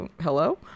hello